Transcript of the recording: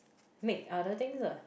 make other things uh